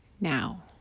now